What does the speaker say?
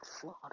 flawed